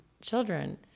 children